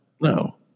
no